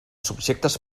subjectes